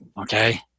Okay